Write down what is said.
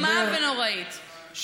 אימה ונוראית.